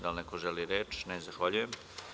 Da li neko želi reč? (Ne) Zahvaljujem.